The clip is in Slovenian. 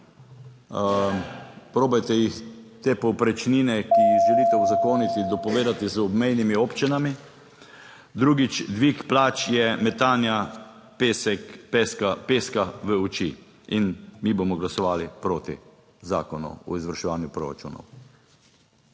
Probajte te povprečnine, ki jih želite uzakoniti, dopovedati z obmejnimi občinami. Drugič, dvig plač je metanja pesek v oči in mi bomo glasovali proti Zakonu o izvrševanju proračunov.